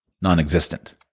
non-existent